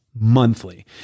Monthly